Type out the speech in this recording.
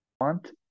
want